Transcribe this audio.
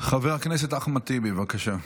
חבר הכנסת אחמד טיבי, בבקשה.